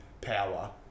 power